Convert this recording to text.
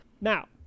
Now